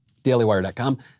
Dailywire.com